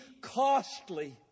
costly